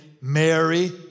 Mary